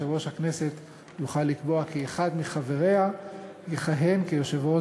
יושב-ראש הכנסת יוכל לקבוע כי אחד מחבריה יכהן כיושב-ראש